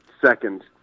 second